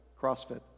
CrossFit